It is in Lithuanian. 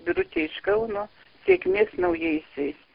birutė iš kauno sėkmės naujaisiais